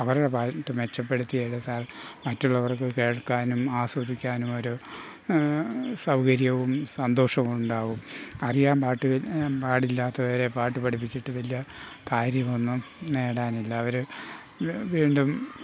അവരുടെ പാട്ട് മെച്ചപ്പെടുത്തിയെടുത്താൽ മറ്റുള്ളവർക്ക് കേൾക്കാനും ആസ്വദിക്കാനും ഒരു സൗകര്യവും സന്തോഷവും ഉണ്ടാകും അറിയാൻ പാട്ട് പാടാത്തവരെ പാട്ടു പഠിപ്പിച്ചിട്ട് വലിയ കാര്യമൊന്നും നേടാനില്ല അവർ വീണ്ടും